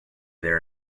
there